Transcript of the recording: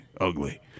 ugly